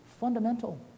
fundamental